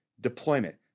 Deployment